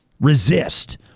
resist